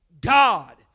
God